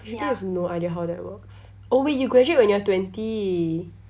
literally have no idea how that works oh wait you graduate when you're twenty